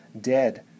dead